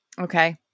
Okay